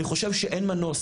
אני חושב שאין מנוס,